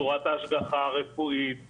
צורת ההשגחה הרפואית וכדומה.